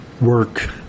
work